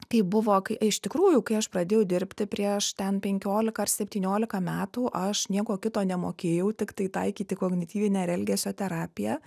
kaip buvo kai iš tikrųjų kai aš pradėjau dirbti prieš ten penkiolika ar septyniolika metų aš nieko kito nemokėjau tiktai taikyti kognityvinę ir elgesio terapiją